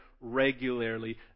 regularly